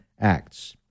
acts